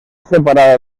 separada